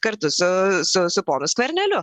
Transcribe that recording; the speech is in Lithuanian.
kartu su su su ponu skverneliu